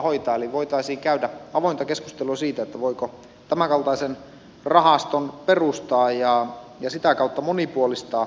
eli voitaisiin käydä avointa keskustelua siitä voiko tämänkaltaisen rahaston perustaa ja sitä kautta monipuolistaa suomalaista mediakenttää